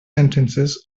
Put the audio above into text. sentences